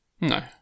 No